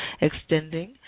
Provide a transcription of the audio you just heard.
extending